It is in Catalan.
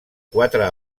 quatre